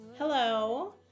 Hello